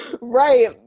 Right